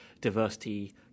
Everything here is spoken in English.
diversity